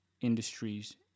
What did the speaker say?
industries